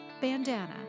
bandana